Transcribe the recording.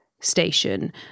station